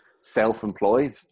self-employed